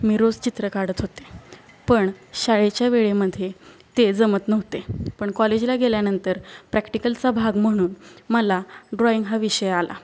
मी रोज चित्र काढत होते पण शाळेच्या वेळेमध्ये ते जमत नव्हते पण कॉलेजला गेल्यानंतर प्रॅक्टिकलचा भाग म्हणून मला ड्रॉईंग हा विषय आला